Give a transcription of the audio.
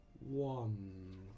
One